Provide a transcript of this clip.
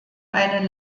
eine